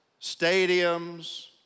stadiums